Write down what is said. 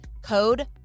Code